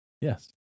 Yes